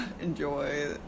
enjoy